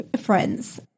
friends